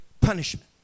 punishment